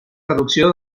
reducció